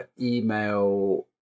email